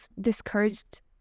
discouraged